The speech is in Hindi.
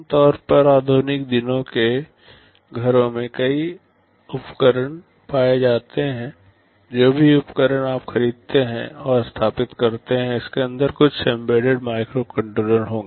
आपआम तौर पर आधुनिक दिन के घरों में ऐसे कई उपकरण पाए जाते हैं जो भी उपकरण आप खरीदते हैं और स्थापित करते हैं इसके अंदर कुछ एम्बेडेड माइक्रोकंट्रोलर होंगे